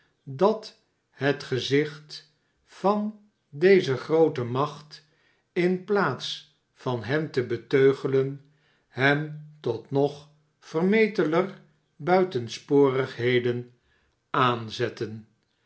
dat het gezicht van deze groote macht in plaats van hen te beteugelen hen tot nog vermeteler buitenspongheden aanzette